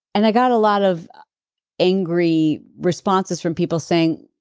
and i got a lot of angry responses from people saying,